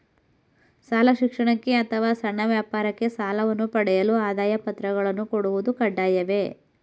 ಶಾಲಾ ಶಿಕ್ಷಣಕ್ಕೆ ಅಥವಾ ಸಣ್ಣ ವ್ಯಾಪಾರಕ್ಕೆ ಸಾಲವನ್ನು ಪಡೆಯಲು ಆದಾಯ ಪತ್ರಗಳನ್ನು ಕೊಡುವುದು ಕಡ್ಡಾಯವೇ?